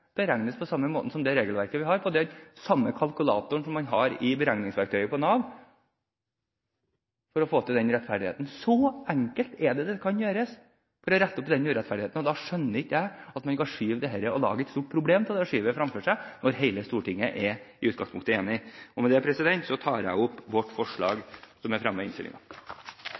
beregnes på samme måte etter det regelverket vi har – på den samme kalkulatoren som man har i beregningsverktøyet til Nav – for å få til den rettferdigheten? Så enkelt kan det gjøres å rette opp den urettferdigheten. Da skjønner ikke jeg at man kan lage et stort problem og skyve dette fremfor seg, når hele Stortinget i utgangspunktet er enig. Jeg tar opp det forslaget Fremskrittspartiet har fremmet i saken. Representanten Robert Eriksson har tatt opp det forslaget han refererte til. Det er en viktig og interessant sak som er